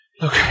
look